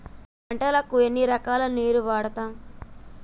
పంటలకు ఎన్ని రకాల నీరు వాడుతం?